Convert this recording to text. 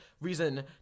reason